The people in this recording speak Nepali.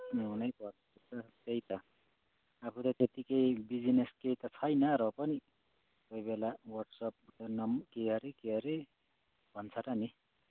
ल्याउनै पर्ने रहेछ त्यही त आफू त त्यतिकै बिजनेस केही त छैन र पनि कोही बेला वाट्सएप नम् के अरे के अरे भन्छ र नि